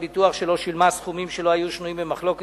ביטוח שלא שילמה סכומים שלא היו שנויים במחלוקת,